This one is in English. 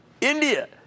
India